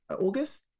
August